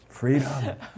Freedom